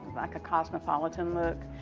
like a cosmopolitan look,